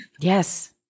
Yes